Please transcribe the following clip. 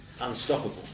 unstoppable